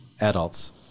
adults